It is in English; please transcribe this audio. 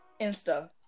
Insta